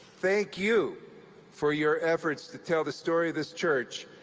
thank you for your efforts to tell the story of this church,